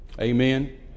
Amen